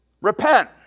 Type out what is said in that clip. Repent